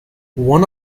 one